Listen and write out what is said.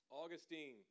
Augustine